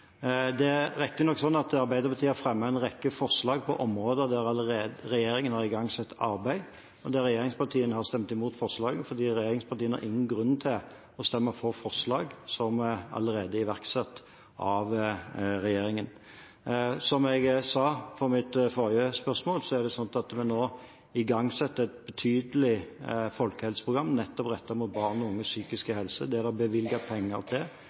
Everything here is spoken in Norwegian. Det er riktignok sånn at Arbeiderpartiet har fremmet en rekke forslag på områder der regjeringen allerede har igangsatt arbeid, og der regjeringspartiene har stemt imot forslaget, for regjeringspartiene har ingen grunn til å stemme for forslag som allerede er iverksatt av regjeringen. Som jeg sa til forrige spørsmål, igangsetter vi nå et betydelig folkehelseprogram, nettopp rettet mot barn og unges psykiske helse. Det er det bevilget penger til.